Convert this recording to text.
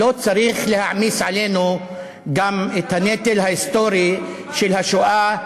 לא צריך להעמיס עלינו גם את הנטל ההיסטורי של השואה,